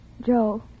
Joe